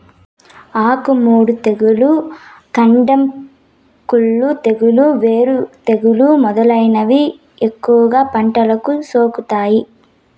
ఆకు మాడు తెగులు, కాండం కుళ్ళు తెగులు, వేరు తెగులు మొదలైనవి ఎక్కువగా పంటలకు సోకుతాయి